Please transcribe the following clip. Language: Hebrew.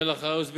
מלח הארץ,